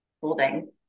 holding